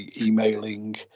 emailing